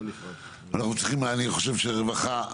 אני חושב שרווחה,